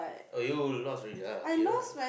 oh you lost already ah K lah